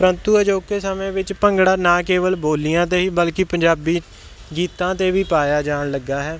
ਪਰੰਤੂ ਅਜੋਕੇ ਸਮੇਂ ਵਿੱਚ ਭੰਗੜਾ ਨਾ ਕੇਵਲ ਬੋਲੀਆਂ 'ਤੇ ਬਲਕਿ ਪੰਜਾਬੀ ਗੀਤਾਂ 'ਤੇ ਵੀ ਪਾਇਆ ਜਾਣ ਲੱਗਾ ਹੈ